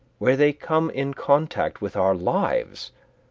where they come in contact with our lives,